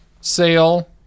Sale